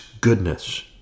goodness